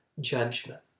judgment